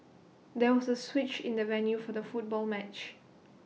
there was A switch in the venue for the football match